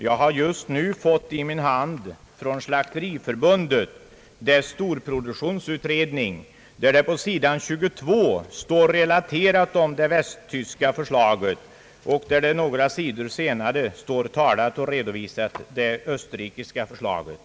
Jag har just nu fått i min hand Slakteriförbundets storproduktionsutredning — där relateras på sidan 22 det västtyska förslaget och några sidor längre fram det österrikiska förslaget.